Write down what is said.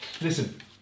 Listen